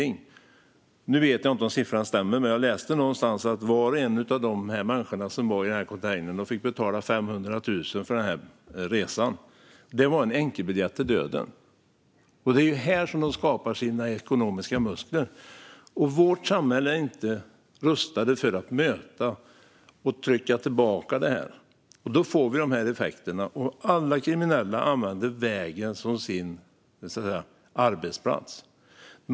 Nu vet jag inte om siffran stämmer, men jag läste någonstans att var och en av människorna som var i containern hade fått betala 500 000 kronor för resan. Det var en enkel biljett till döden. Det är så här de kriminella skapar sina ekonomiska muskler. Vårt samhälle är inte rustat för att möta och trycka tillbaka dem, och det får de här effekterna. Alla kriminella använder vägen som sin arbetsplats.